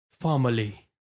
family